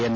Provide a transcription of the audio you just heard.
N